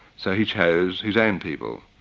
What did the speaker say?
so he chose his own people.